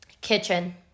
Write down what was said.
kitchen